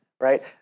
right